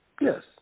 Yes